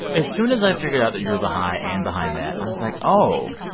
as soon as i figured out that you are baha'i and behind that, i was like, oh,